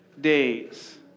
days